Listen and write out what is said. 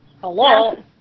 Hello